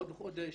עוד חודש.